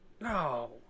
No